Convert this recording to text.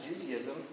Judaism